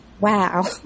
Wow